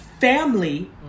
family